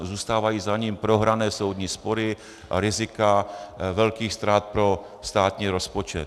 Zůstávají za ním prohrané soudní spory a rizika velkých ztrát pro státní rozpočet.